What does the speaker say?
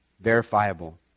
Verifiable